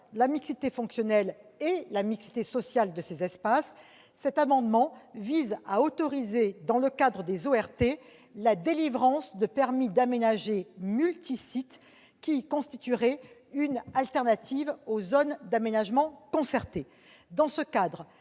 la mixité fonctionnelle et la mixité sociale de ces espaces, cet amendement vise à autoriser, dans le cadre des ORT, la délivrance de permis d'aménager « multisites », qui constitueraient une alternative aux zones d'aménagement concerté. Dans ce cadre,